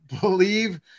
believe